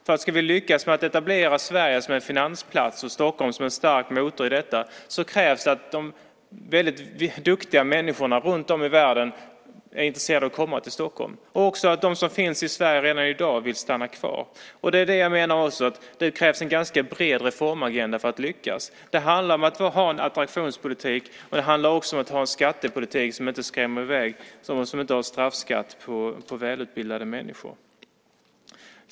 Om vi ska lyckas med att etablera Sverige som en finansplats och Stockholm som en stark motor i detta krävs att duktiga människor runtom i världen är intresserade av att komma till Stockholm och att de som redan i dag finns i Sverige vill stanna kvar. Det krävs en ganska bred reformagenda för att lyckas. Det handlar om att ha en attraktionspolitik och en skattepolitik som inte skrämmer i väg folk - en straffskatt på välutbildade människor.